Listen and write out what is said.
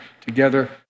together